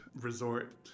resort